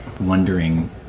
wondering